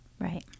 right